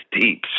deep